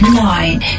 nine